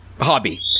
hobby